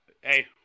hey